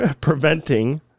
preventing